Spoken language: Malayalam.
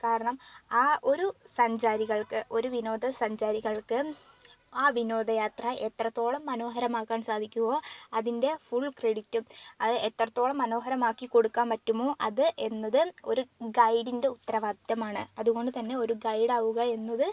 കാരണം ആ ഒരു സഞ്ചാരികൾക്ക് ഒരു വിനോദസഞ്ചാരികൾക്ക് ആ വിനോദയാത്ര എത്രത്തോളം മനോഹരമാക്കാൻ സാധിക്കുമോ അതിൻ്റെ ഫുൾ ക്രെഡിറ്റും അത് എത്രത്തോളം മനോഹരമാക്കി കൊടുക്കാൻ പറ്റുമോ അത് എന്നത് ഒരു ഗൈഡിൻ്റെ ഉത്തരവാദിത്വമാണ് അതുകൊണ്ടുതന്നെ ഒരു ഗൈഡാവുക എന്നത്